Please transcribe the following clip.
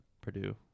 Purdue